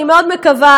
אני מאוד מקווה,